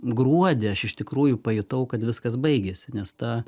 gruodį aš iš tikrųjų pajutau kad viskas baigėsi nes ta